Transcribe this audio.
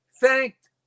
thanked